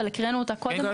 אבל הקראנו אותה קודם,